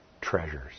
treasures